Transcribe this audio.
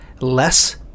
less